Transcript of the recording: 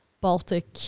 Baltic